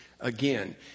again